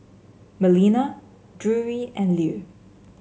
Melina Drury and Lew